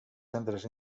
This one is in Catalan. centres